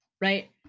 right